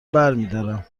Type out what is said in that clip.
برمیدارم